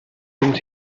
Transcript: cents